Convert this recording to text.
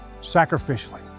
sacrificially